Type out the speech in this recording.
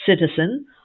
citizen